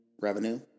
revenue